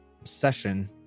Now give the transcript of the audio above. obsession